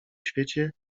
świecie